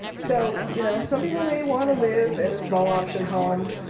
so you know some people may want to live in a small option home.